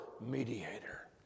mediator